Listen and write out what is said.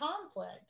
conflict